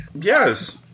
yes